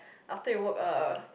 after you work a